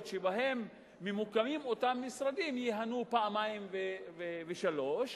שבהן אותם משרדים ממוקמים ייהנו פעמיים ושלוש,